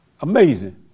Amazing